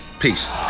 Peace